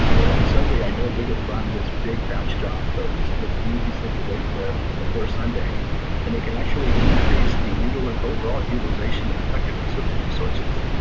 or on sunday i know you're going to run this big batch job, so let's let's move these things away from there before sunday and they can actually increase the overall utilization and effectiveness of the resources.